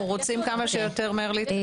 שנתקדם.